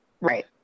Right